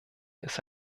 ist